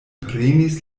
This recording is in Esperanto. prenis